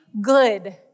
good